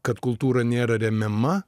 tai kad kultūra nėra remiama